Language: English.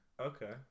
Okay